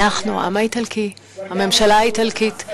אנחנו, העם האיטלקי, הממשלה האיטלקית,